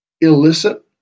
illicit